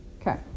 Okay